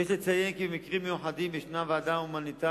הוצגו בפני נתונים על עשרות מקרים שבהם היו מעורבים